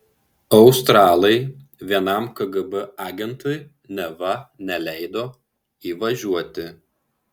australai vienam kgb agentui neva neleido įvažiuoti